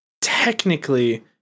technically